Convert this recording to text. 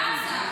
בעזה,